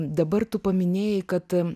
dabar tu paminėjai kad